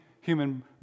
human